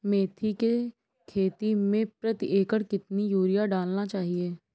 मेथी के खेती में प्रति एकड़ कितनी यूरिया डालना चाहिए?